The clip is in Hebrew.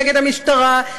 נגד המשטרה,